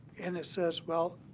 and it says, well,